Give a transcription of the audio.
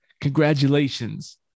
Congratulations